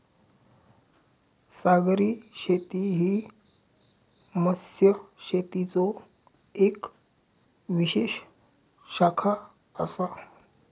सागरी शेती ही मत्स्यशेतीचो येक विशेष शाखा आसा